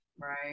Right